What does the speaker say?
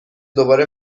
دوباره